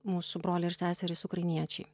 mūsų broliai ir seserys ukrainiečiai